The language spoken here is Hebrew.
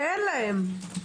שאין להן.